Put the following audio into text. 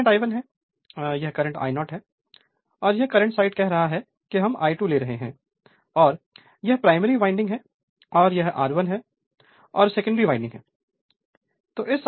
यह current I1 है यह करंट I0 है और यह करंट साइड कह रहा है कि हम I2 ले रहे हैं और यह प्राइमरी वाइंडिंग है और यह R1 है और सेकेंडरी वाइंडिंग है